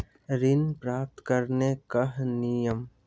ऋण प्राप्त करने कख नियम?